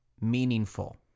meaningful